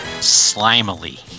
Slimily